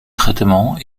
traitement